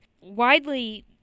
widely